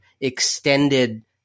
extended